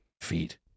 feet